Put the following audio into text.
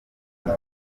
vuba